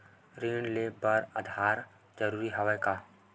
ऋण ले बर आधार जरूरी हवय का?